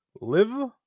live